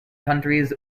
countries